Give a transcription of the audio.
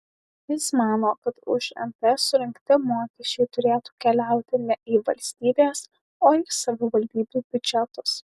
jis mano kad už nt surinkti mokesčiai turėtų keliauti ne į valstybės o į savivaldybių biudžetus